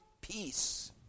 peace